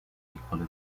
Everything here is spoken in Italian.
piccole